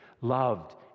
loved